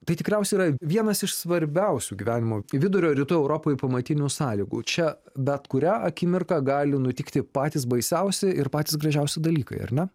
tai tikriausiai yra vienas iš svarbiausių gyvenimo vidurio ir rytų europoj pamatinių sąlygų čia bet kurią akimirką gali nutikti patys baisiausi ir patys gražiausi dalykai ar ne